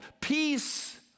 peace